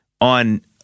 on